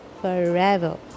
forever